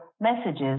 messages